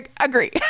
agree